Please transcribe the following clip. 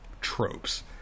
tropes